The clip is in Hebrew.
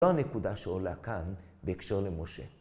זו הנקודה שעולה כאן בהקשר למשה.